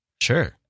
Sure